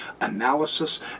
analysis